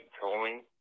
trolling